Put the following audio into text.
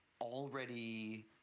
already